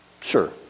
Sure